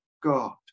God